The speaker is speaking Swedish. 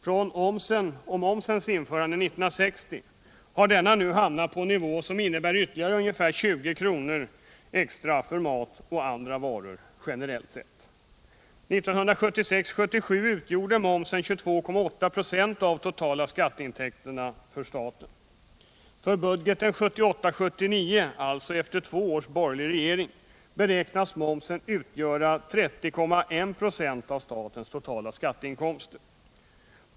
Sedan omsen eller momsen infördes år 1960 har den nu hamnat på en nivå som innebär ytterligare ungefär 20 kr. extra för mat och andra varor generellt sett. Budgetåret 1976 79, alltså efter två års borgerlig regering, beräknas momsen utgöra 30,1 96 av statens totala skatteinkomster.